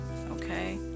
Okay